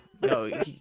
no